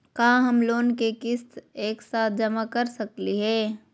का हम लोन के किस्त एक साथ जमा कर सकली हे?